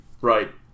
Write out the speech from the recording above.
Right